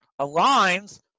aligns